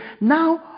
Now